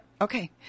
Okay